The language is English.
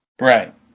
Right